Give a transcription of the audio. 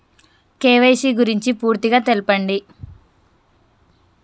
KYC గురించి పూర్తిగా తెలపండి?